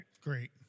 Great